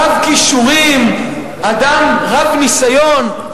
אדם רב-כישורים, אדם רב-ניסיון.